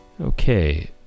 Okay